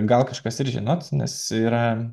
gal kažkas ir žinot nes jisai yra